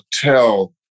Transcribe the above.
tell